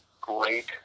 great